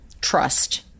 trust